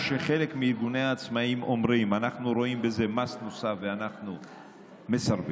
חלק מארגוני העצמאים אומרים: אנחנו רואים בזה מס נוסף ואנחנו מסרבים,